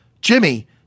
Jimmy